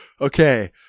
okay